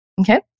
Okay